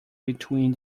between